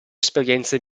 esperienze